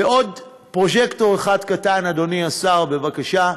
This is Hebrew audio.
ועוד פרוז'קטור אחד קטן, אדוני השר, בבקשה: